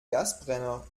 gasbrenner